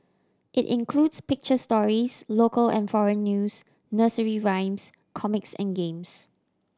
it includes picture stories local and foreign news nursery rhymes comics and games